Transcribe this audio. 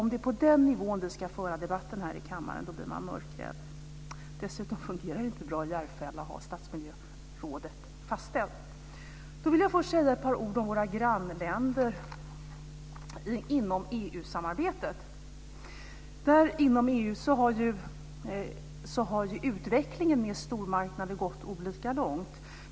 Om det är på den nivån vi ska föra debatten här i kammaren blir man mörkrädd. Dessutom fungerar det inte bra i Järfälla, har Stadsmiljörådet fastställt. Jag vill först säga ett par ord om våra grannländer inom EU-samarbetet. Inom EU har utvecklingen med stormarknader gått olika långt.